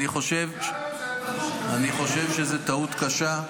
אני חושב שזו טעות קשה,